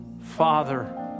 father